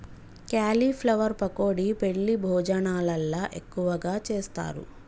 cauliflower pakodi పెండ్లి భోజనాలల్ల ఎక్కువగా చేస్తారు